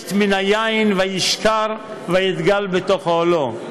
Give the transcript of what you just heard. וישת מן היין וישכר ויתגל בתוך אהלֹה".